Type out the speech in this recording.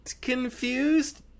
confused